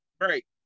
great